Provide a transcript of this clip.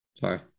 Sorry